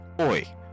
Oi